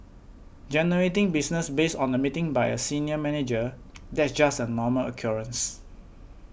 generating business based on a meeting by a senior manager that's just a normal occurrence